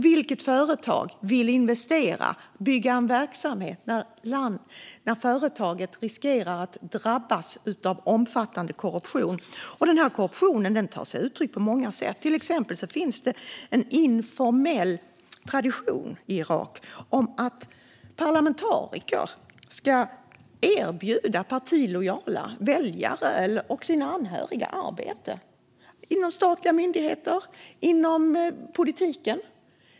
Vilket företag vill investera och bygga en verksamhet när företaget riskerar att drabbas av omfattande korruption? Den korruptionen tar sig uttryck på många sätt. Det finns till exempel en informell tradition i Irak att parlamentariker ska erbjuda partilojala väljare och sina anhöriga arbete inom statliga myndigheter och inom politiken.